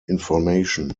information